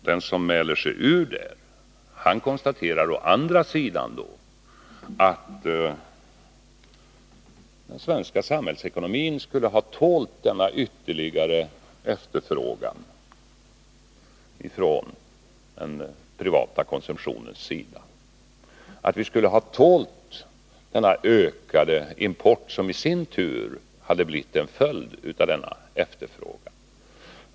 Den som mäler sig ur konstaterar emellertid att den svenska samhällsekonomin skulle ha tålt en ytterligare efterfrågan från den privata konsumtionens sida, att den skulle ha tålt den ökade import som i sin tur hade blivit en följd av denna efterfrågan.